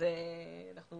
אז הם